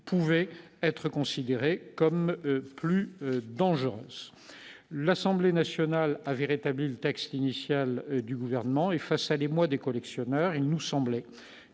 pouvaient être considérées comme plus dangereuses. L'Assemblée nationale avait rétabli le texte initial du Gouvernement, suscitant l'émoi des collectionneurs. Il nous semblait